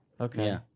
Okay